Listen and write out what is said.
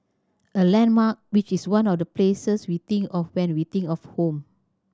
a landmark which is one of the places we think of when we think of home